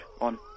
on